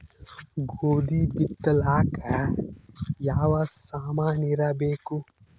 ಗೋಧಿ ಬಿತ್ತಲಾಕ ಯಾವ ಸಾಮಾನಿರಬೇಕು?